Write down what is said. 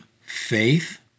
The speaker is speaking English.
faith